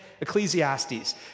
Ecclesiastes